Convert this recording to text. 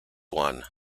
one